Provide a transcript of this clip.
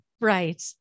Right